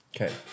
Okay